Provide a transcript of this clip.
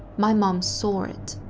my mom saw it.